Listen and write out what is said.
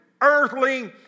earthly